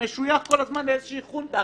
ומשויך כל הזמן לאיזושהי חונטה?